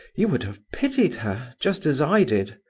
you would have pitied her, just as i did.